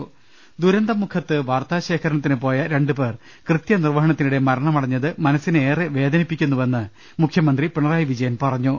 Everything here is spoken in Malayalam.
രു ൽ ൽ ശ്വ ൽ ൾ അ ദുരന്തമുഖത്ത് വാർത്താശേഖരണത്തിന് പോയ രണ്ട് പേർ കൃത്യ നിർവ്വഹണത്തിനിടെ മരണമടഞ്ഞത് മനസ്സിനെ ഏറെ വേദനിപ്പിക്കു ന്നുവെന്ന് മുഖ്യമന്ത്രി പിണറായി വിജയൻ പ്പറഞ്ഞു